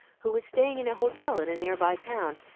who was staying in a hotel in a nearby town,